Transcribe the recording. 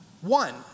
one